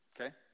Okay